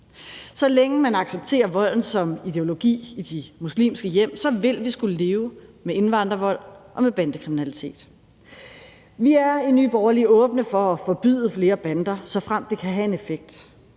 Så længe man accepterer volden som ideologi i de muslimske hjem, vil vi skulle leve med indvandrervold og med bandekriminalitet. Vi er i Nye Borgerlige åbne for at forbyde flere bander, såfremt det kan have en effekt,